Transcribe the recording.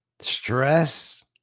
stress